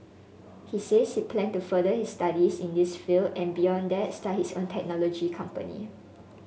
he says he plan to further his studies in this field and beyond that start his own technology company